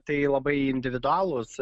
tai labai individualūs